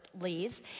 leaves